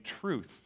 truth